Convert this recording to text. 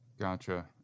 Gotcha